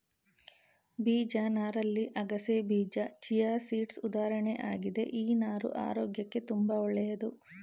ಬೀಜ ನಾರಲ್ಲಿ ಅಗಸೆಬೀಜ ಚಿಯಾಸೀಡ್ಸ್ ಉದಾಹರಣೆ ಆಗಿದೆ ಈ ನಾರು ಆರೋಗ್ಯಕ್ಕೆ ತುಂಬಾ ಒಳ್ಳೇದು